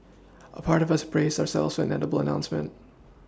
a part of us braced ourselves inevitable announcement